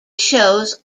shows